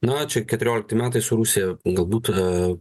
na čia keturiolikti metai su rusija galbūt